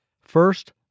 First